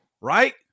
Right